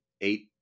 eight